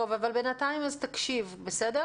טוב, אבל בינתיים תקשיב לדברים.